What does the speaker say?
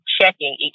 checking